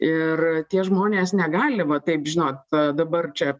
ir tie žmonės negali va taip žinot dabar čia